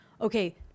okay